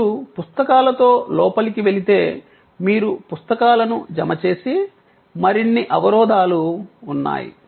మీరు పుస్తకాలతో లోపలికి వెళితే మీరు పుస్తకాలను జమ చేసే మరిన్ని అవరోధాలు ఉన్నాయి